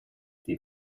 die